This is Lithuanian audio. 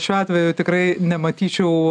šiuo atveju tikrai nematyčiau